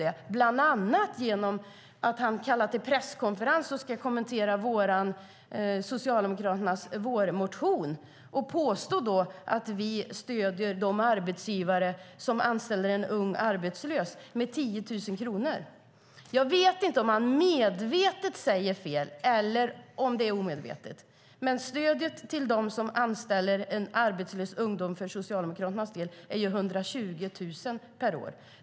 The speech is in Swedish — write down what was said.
Det gör han bland annat genom att han kallar till presskonferens och ska kommentera Socialdemokraternas vårmotion. Han påstår då att vi stöder de arbetsgivare som anställer en ung arbetslös med 10 000 kronor. Jag vet inte om han medveten säger fel eller om det är omedvetet. Stödet till dem som anställer en arbetslös ungdom är för Socialdemokraternas del 120 000 kronor per år.